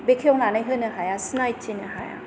बेखेवनानै होनो हाया सिनायथि होनो हाया